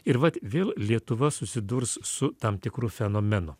ir vat vėl lietuva susidurs su tam tikru fenomenu